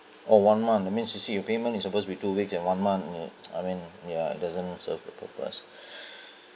oh one month that means you see your payment is suppose to be two weeks and one month I mean I mean ya it doesn't serve the purpose